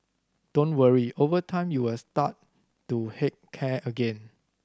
don't worry over time you will start to heck care again